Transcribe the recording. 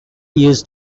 years